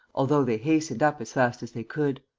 although they hastened up as fast as they could.